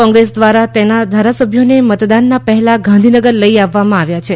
કોંગ્રેસ દ્વારા તેના ઘારાસભ્યોને મતદાનના પહેલા ગાંધીનગર લઇ આવવામાં આવ્યા છે